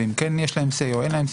ואם כן יש להם אמירה או לא.